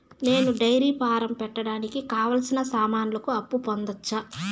నేను dairy farm పెట్టడానికి కావాల్సిన సామాన్లకు అప్పు పొందొచ్చా?